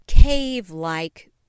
cave-like